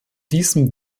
diesem